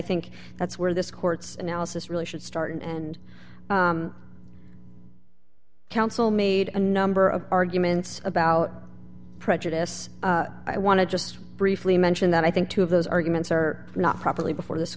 think that's where this court's analysis really should start and counsel made a number of arguments about prejudice i want to just briefly mention that i think two of those arguments are not properly before this